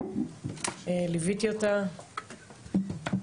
ליוויתי אותה,